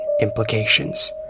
implications